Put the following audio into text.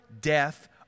death